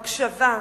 הקשבה,